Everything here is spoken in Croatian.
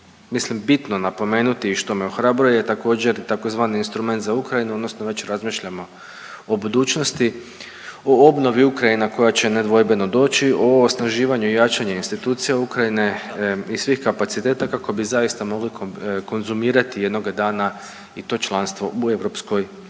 mislim, bitno napomenuti i što me ohrabruje je također, tzv. instrument za Ukrajinu odnosno već razmišljamo o budućnosti, o obnovi Ukrajine koja će nedvojbeno doći, o osnaživanju i jačanju institucija Ukrajine i svih kapaciteta, kako bi zaista mogli konzumirati jednoga dana i to članstvo u EU.